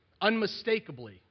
unmistakably